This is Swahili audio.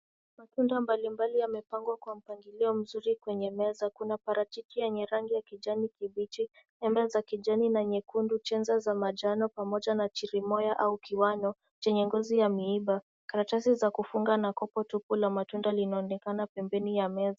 Matunda mbali mbali yamepangwa kwa mpangilio mzuri kwenye meza, Kuna parachichi yenye rangi ya kijani kibichi, nyama za kijani na nyekundu ,chenza za manjano pamoja na chirimoya au kiwano chenye ngozi ya miiba. Karatasi za kufunga na kopo tupu la matunda linaonekana pembeni ya meza.